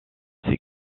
ses